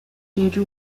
jeju